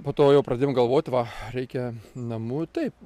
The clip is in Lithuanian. po to jau pradėjom galvoti va reikia namų taip